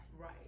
Right